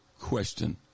question